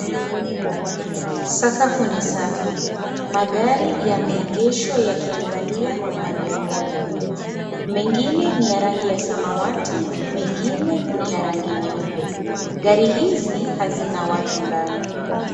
Sakafu ni safi, magari yameegeshwa yakiangalia upande mmoja, mengine ni ya rangi ya samawati mengine ni ya rangi nyeupe ngari hizi hazina watu ndani.